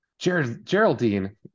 Geraldine